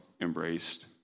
embraced